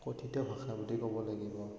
কথিত ভাষা বুলিয়ে ক'ব লাগিব